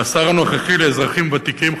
והשר הנוכחי לאזרחים ותיקים,